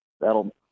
that'll